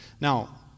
Now